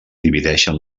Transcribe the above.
divideixen